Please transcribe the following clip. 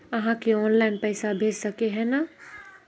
आहाँ के ऑनलाइन पैसा भेज सके है नय?